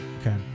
Okay